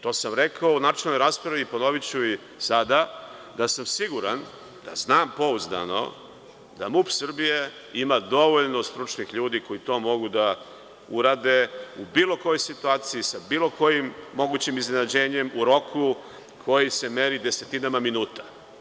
To sam rekao u načelnoj raspravi, ponoviću i sada, da sam siguran, da znam pouzdano da MUP Srbije ima dovoljno stručnih ljudi koji to mogu da urade u bilo kojoj situaciji, sa bilo kojim mogućim iznenađenjem u roku koji se meri desetinama minuta.